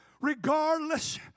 Regardless